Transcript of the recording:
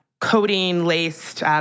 codeine-laced